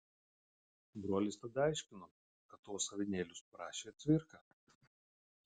brolis tada aiškino kad tuos avinėlius parašė cvirka